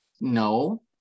No